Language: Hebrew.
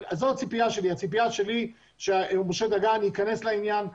הציפיה שלי שמשה דגן יכנס לעניין,